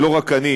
זה לא רק אני,